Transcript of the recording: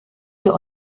wir